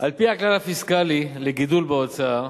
על-פי הכלל הפיסקלי לגידול בהוצאה,